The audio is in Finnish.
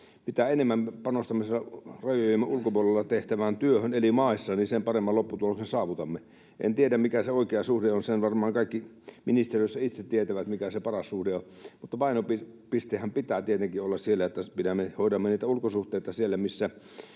mitä enemmän me panostamme rajojemme ulkopuolella tehtävään työhön eri maissa, sen paremman lopputuloksen saavutamme. En tiedä, mikä se oikea suhde on — sen varmaan kaikki ministeriössä itse tietävät, mikä se paras suhde on — mutta painopisteenhän pitää tietenkin olla, että hoidamme niitä ulkosuhteita siellä, missä